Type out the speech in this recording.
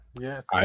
yes